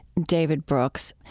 david brooks.